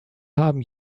haben